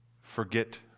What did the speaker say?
forget